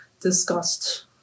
discussed